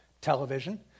television